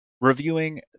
reviewing